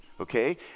okay